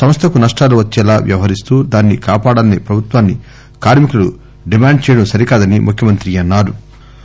సంస్టకు నష్టాలు వచ్చేలా వ్యవహరిస్తూ దాన్ని కాపాడాలని ప్రభుత్వాన్ని కార్మికులు డిమాండు చేయటం సరికాదని ముఖ్యమంత్రి అన్సారు